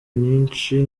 nyinshi